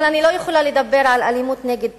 אבל אני לא יכולה לדבר על אלימות נגד